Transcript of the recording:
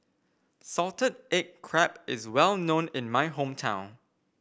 Salted Egg Crab is well known in my hometown